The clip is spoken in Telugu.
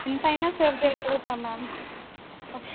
ఎంతైనా సర్వ్ చేయగలుగుతాం మ్యామ్